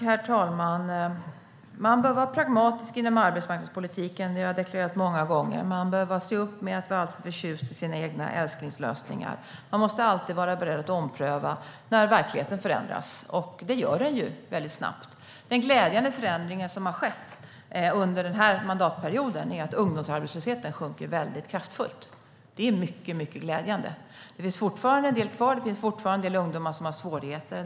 Herr talman! Man bör vara pragmatisk inom arbetsmarknadspolitiken; det har jag deklarerat många gånger. Man bör se upp med att vara alltför förtjust i sina egna älsklingslösningar. Man måste alltid vara beredd att ompröva när verkligheten förändras, och det gör den ju - väldigt snabbt. Den glädjande förändring som har skett under den här mandatperioden är att ungdomsarbetslösheten sjunker kraftfullt. Det är mycket glädjande. Det finns fortfarande en del kvar; det finns fortfarande en del ungdomar som har svårigheter.